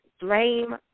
blame